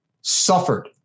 suffered